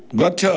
ଗଛ